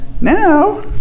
Now